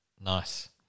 Nice